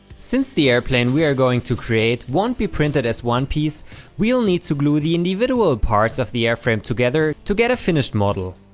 since the airplane we are going to create won't be printed as one piece we'll need to glue the individual ah parts of the airframe together to get a finished model.